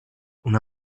una